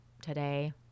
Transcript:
today